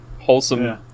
wholesome